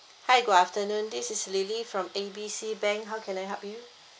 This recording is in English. hi good afternoon this is lily from A B C bank how can I help you